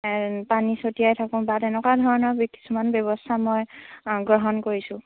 পানী ছটিয়াই থাকোঁ বা তেনেকুৱা ধৰণৰ কিছুমান ব্যৱস্থা মই গ্ৰহণ কৰিছোঁ